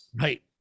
Right